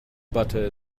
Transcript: butter